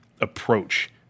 approach